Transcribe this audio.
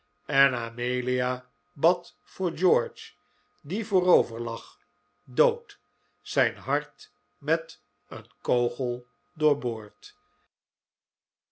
en amelia bad voor george die voorover lag dood zijn hart met een kogel